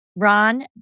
Ron